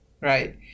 right